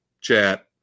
chat